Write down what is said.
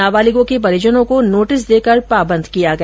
नाबालिगों के परिजनों ाके नोटिस देकर पाबंद किया गया